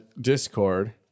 Discord